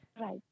Right